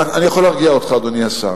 אני יכול להרגיע אותך, אדוני השר: